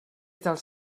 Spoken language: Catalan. dels